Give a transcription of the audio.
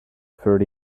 thirty